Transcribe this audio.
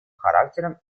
характером